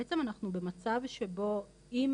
בעצם, אנחנו במצב שבו אם